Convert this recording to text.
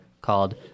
called